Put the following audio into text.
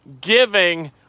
giving